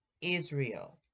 Israel